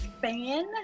fan